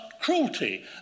cruelty